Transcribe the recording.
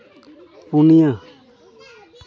ᱯᱩᱱᱤᱭᱟᱹ